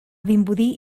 vimbodí